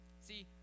see